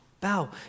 bow